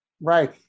Right